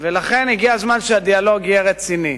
ולכן, הגיע הזמן שהדיאלוג יהיה רציני.